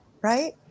Right